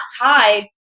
tied